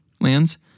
lands